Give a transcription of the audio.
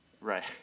Right